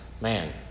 man